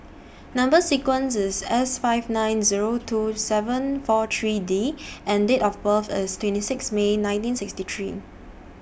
Number sequence IS S five nine Zero two seven four three D and Date of birth IS twenty six May nineteen sixty three